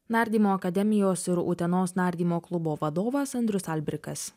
nardymo akademijos ir utenos nardymo klubo vadovas andrius albrikas